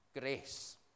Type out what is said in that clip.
Grace